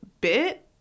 bit